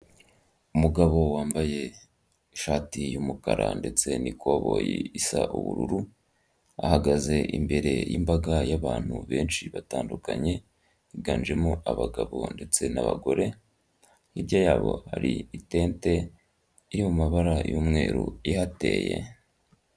Umugabo wambaye ishati y'umukara ndetse n'ikoboyi isa ubururu, ahagaze imbere y'imbaga y'abantu benshi batandukanye, biganjemo abagabo ndetse n'abagore, hkrya yabo hari itente yo mu mabara y'umweru ihateye.